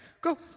go